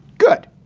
good.